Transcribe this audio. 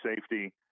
safety